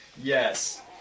Yes